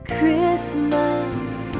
Christmas